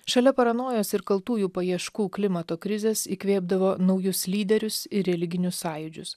šalia paranojos ir kaltųjų paieškų klimato krizės įkvėpdavo naujus lyderius ir religinius sąjūdžius